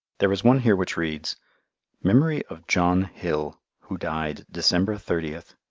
there is one here which reads memory of john hill who died december thirtieth.